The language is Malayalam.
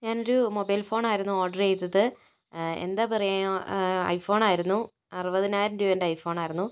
ഞാൻ ഒരു മൊബൈൽ ഫോണായിരുന്നു ഓർഡർ ചെയ്തിരുന്നത് എന്താ പറയുക ഐഫോൺ ആയിരുന്നു അറുപതിനായിരം രൂപയിൻ്റെ ഐഫോൺ ആയിരുന്നു